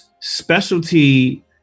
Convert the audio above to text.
specialty